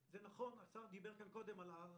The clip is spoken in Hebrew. השר דביר קודם על הערכים,